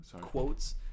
quotes